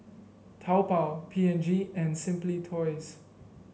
Taobao P and G and Simply Toys